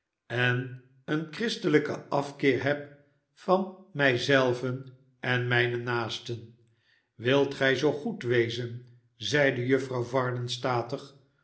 en een christelijken afkeer heb van mij zelven en mijne naasten wilt gij zoo goedwezen n zeide juffrouw varden statig